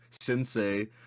sensei